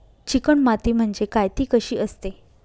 Chicken माती म्हणजे काय? ति कशी असते?